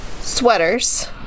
Sweaters